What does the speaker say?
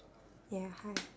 ya hi